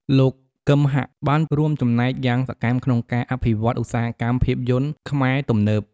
លោក គឹម ហាក់ បានរួមចំណែកយ៉ាងសកម្មក្នុងការអភិវឌ្ឍន៍ឧស្សាហកម្មភាពយន្តខ្មែរទំនើប។